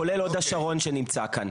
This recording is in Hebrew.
כולל הוד השרון שנמצא כאן.